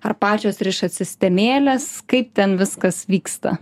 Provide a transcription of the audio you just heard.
ar pačios rišat sistemėles kaip ten viskas vyksta